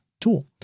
tool